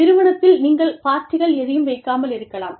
நிறுவனத்தில் நீங்கள் பார்ட்டிகள் எதையும் வைக்காமல் இருக்கலாம்